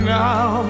now